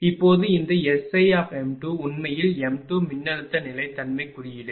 இப்போது இந்த SI உண்மையில் m2 மின்னழுத்த நிலைத்தன்மை குறியீடு